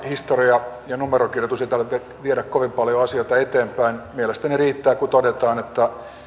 historia ja numerokirjoitus ei taida viedä kovin paljon asioita eteenpäin mielestäni riittää kun todetaan että